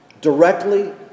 directly